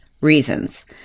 reasons